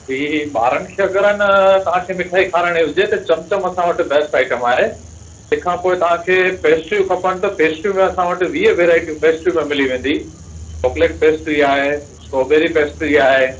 जी जी ॿारनि खे अगरि अ न तव्हांखे मिठाई खाराइणी हुजे त चमचम असां वटि बेस्ट आइटम आहे तंहिंखां पोइ तव्हांखे पेस्ट्रियूं खपनि त पेस्ट्रियूं में असां वटि वीह वैरायटियूं पेस्ट्री में मिली वेंदी चॉकलेट पेस्ट्री आहे स्ट्राबेरी पेस्ट्री आहे